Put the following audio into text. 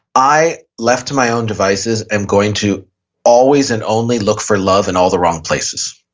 i left to my own devices. i'm going to always and only look for love in all the wrong places.